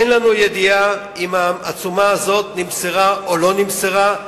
אין לנו ידיעה אם העצומה הזאת נמסרה או לא נמסרה,